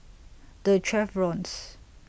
The Chevrons